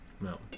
No